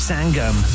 Sangam